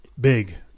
Big